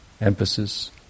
emphasis